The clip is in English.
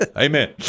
Amen